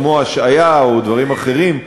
כמו השעיה או דברים אחרים,